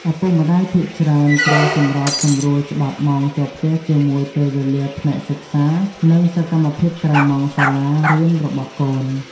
ឪពុកម្តាយភាគច្រើនត្រូវសម្របសម្រួលច្បាប់ម៉ោងចូលផ្ទះជាមួយពេលវេលាផ្នែកសិក្សា និងសកម្មភាពក្រៅម៉ោងសាលារៀនរបស់កូន។